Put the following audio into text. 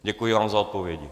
Děkuji vám za odpovědi.